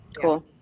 Cool